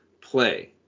play